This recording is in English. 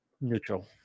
Neutral